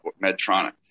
Medtronic